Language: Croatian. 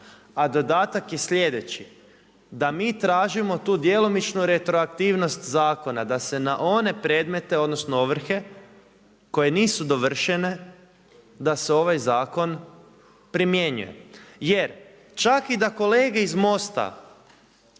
a dodatak je slijedeći. Da mi tražimo tu djelomično retroaktivnost zakona, da se na one predmete odnosno ovrhe koje nisu dovršene da se ovaj zakon primjenjuje. Jer čak i da kolege iz MOST-a